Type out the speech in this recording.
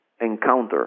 encounter